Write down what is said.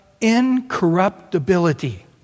incorruptibility